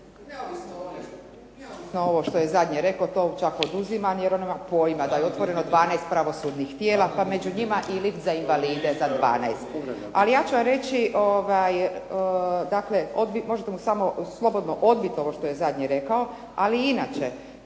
uključena./… što je zadnje rekao, to čak oduzima, jer on nema pojma da je otvoreno 12 pravosudnih tijela, pa među njima i lift za invalide za 12. Ali ja ću vam reći, dakle, možete mu slobodno odbiti ovo što je zadnje rekao, ali i inače,